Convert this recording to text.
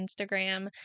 Instagram